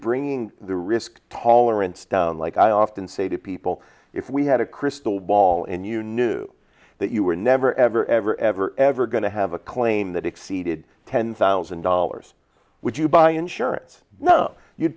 bra the risk tolerance like i often say to people if we had a crystal ball and you knew that you were never ever ever ever ever going to have a claim that exceeded ten thousand dollars would you buy insurance no you'd